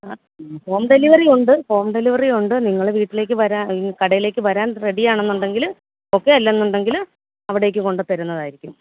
ആ home delivery ഉണ്ട് home delivery ഉണ്ട് നിങ്ങൾ വീട്ടിലേക്ക് വരാണെങ്കിൽ കടയിലേക്ക് വരാൻ റെഡി ആണെന്നുണ്ടെങ്കിൽ ഓക്കെ അല്ലെന്ന് ഉണ്ടെങ്കിൽ അവിടേക്ക് കൊണ്ട് വന്ന് തരുന്നതായിരിക്കും